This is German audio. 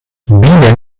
bienen